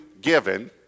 given